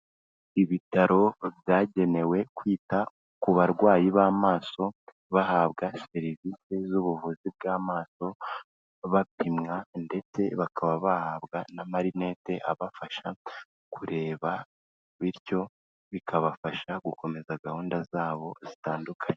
Ibitaro byagenewe kwita ku barwayi b'amaso, bahabwa serivisi z'ubuvuzi bw'amaso, bapimwa ndetse bakaba bahabwa n'amarinete abafasha kureba bityo bikabafasha gukomeza gahunda zabo zitandukanye.